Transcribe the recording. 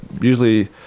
usually